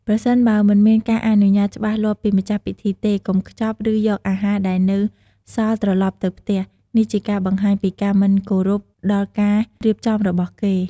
ប្រសិនបើមិនមានការអនុញ្ញាតច្បាស់លាស់ពីម្ចាស់ពិធីទេ កុំខ្ចប់ ឬយកអាហារដែលនៅសល់ត្រឡប់ទៅផ្ទះ នេះជាការបង្ហាញពីការមិនគោរពដល់ការរៀបចំរបស់គេ។